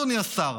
אדוני השר,